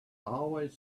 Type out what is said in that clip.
always